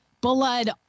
blood